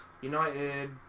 United